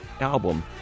album